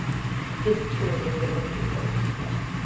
this truly is a victory for the people,